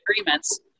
agreements